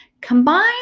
combine